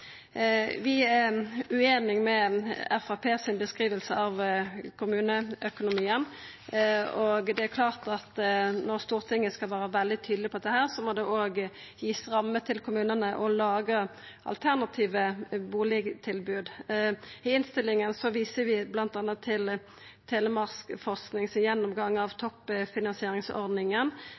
av kommuneøkonomien, og det er klart at når Stortinget skal vera veldig tydeleg på dette, må det òg verta gitt rammer til kommunane til å laga alternative bustadtilbod. I innstillinga viser vi bl.a. til Telemarkforskings gjennomgang av toppfinansieringsordninga,